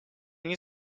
nie